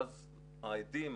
ואז האדים,